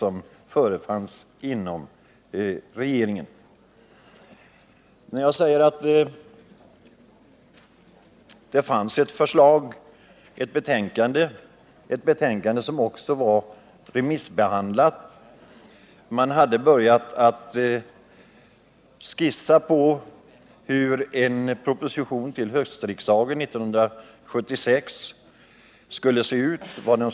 Betänkandet Allmän skatteflyktsklausul var remissbehandlat, och man hade börjat skissa på hur en proposition till höstriksdagen 1976 skulle se ut.